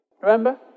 remember